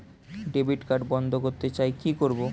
Debit card বন্ধ করতে চাই কি করব?